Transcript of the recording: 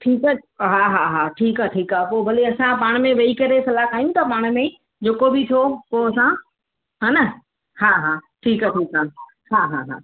ठीकु आहे हा हा हा ठीकु आहे ठीकु आहे पोइ भले असां पाण में वेही करे सलाह कयूं था पाण में जेको बि थियो पोइ असां हा न हा हा ठीकु आहे ठीकु आहे हा हा हा